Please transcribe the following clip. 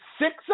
six